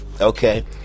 Okay